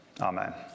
Amen